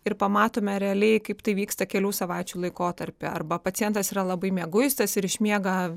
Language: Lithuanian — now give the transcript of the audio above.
ir pamatome realiai kaip tai vyksta kelių savaičių laikotarpy arba pacientas yra labai mieguistas ir išmiega